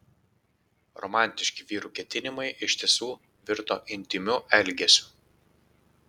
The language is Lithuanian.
romantiški vyrų ketinimai iš tiesų virto intymiu elgesiu